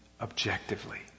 objectively